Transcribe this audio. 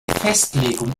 festlegung